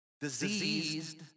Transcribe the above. diseased